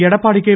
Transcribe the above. Edappadi K